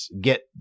get